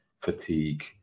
fatigue